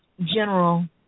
general